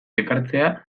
ekartzea